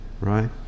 right